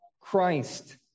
Christ